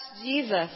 Jesus